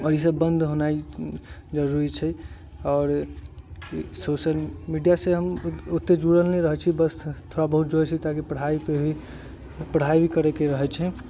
आओर ईसब बंद होनाइ जरूरी छै आओर सोशल मीडिया से हम ओते जुड़ल नहि रहै छी बस थोड़ा बहुत जुड़य छी ताकि पढ़ाई पे भी पढ़ाई भी करे के रहै छै